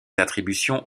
attributions